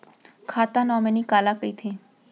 खाता नॉमिनी काला कइथे?